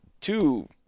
two